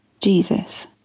Jesus